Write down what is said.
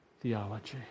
theology